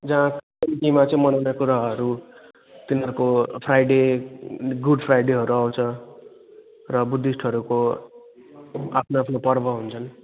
जहाँ मा चाहिँ मनाउने कुराहरू तिनीहरूको फ्राइडे गुड फ्राइडेहरू आउँछ र बुद्धिस्टहरूको आफ्नो आफ्नो पर्व हुन्छन्